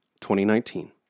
2019